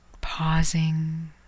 pausing